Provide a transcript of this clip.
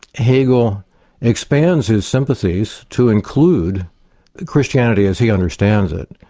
hegel expands his sympathies to include christianity as he understand it,